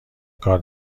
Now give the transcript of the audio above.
کار